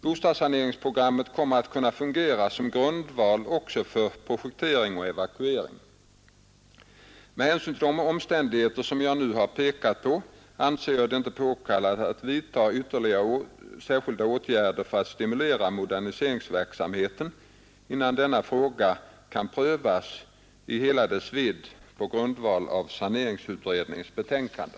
Bostadssaneringsprogrammet kommer att kunna fungera som grundval också för projektering och evakuering. Med hänsyn till de omständigheter som jag nu har pekat på anser jag det inte påkallat att vidta ytterligare särskilda åtgärder för att stimulera moderniseringsverksamheten, innan denna fråga kan prövas i hela sin vidd på grundval av saneringsutredningens betänkande.